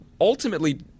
ultimately